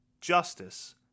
justice